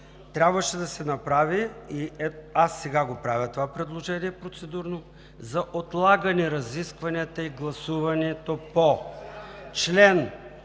трябваше да се направи, и аз сега правя това предложение процедурно за отлагане разискванията и гласуването по